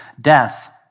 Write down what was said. death